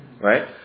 Right